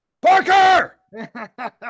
Parker